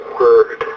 word